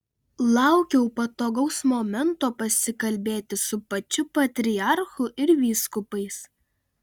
laukiau patogaus momento pasikalbėti su pačiu patriarchu ir vyskupais